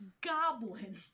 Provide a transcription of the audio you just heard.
Goblin